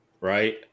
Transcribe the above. right